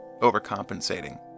overcompensating